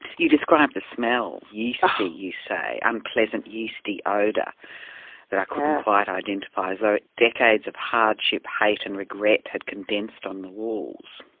you describe the smell, yeasty you say, an pleasant yeasty odour that i couldn't quite identify, as though decades of hardship, hate and regret had condensed on the walls'.